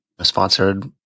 sponsored